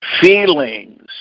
feelings